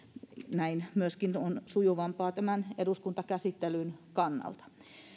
näin myöskin on sujuvampaa tämän eduskuntakäsittelyn kannalta